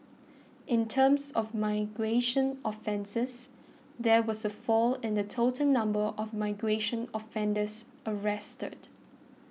in terms of migration offences there was a fall in the total number of migration offenders arrested